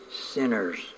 sinners